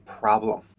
problem